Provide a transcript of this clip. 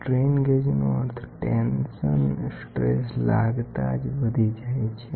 strain ગેજનો અવરોધ tensile stress કે ટેન્સાઇલ કંમ્પ્રેશન લાગતાં જ વધી જાય છે